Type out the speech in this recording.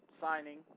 signing